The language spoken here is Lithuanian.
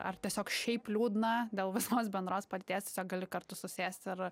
ar tiesiog šiaip liūdna dėl visos bendros padėties gali kartu susėst ir